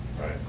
right